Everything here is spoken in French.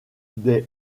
des